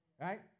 Right